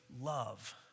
love